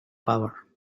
power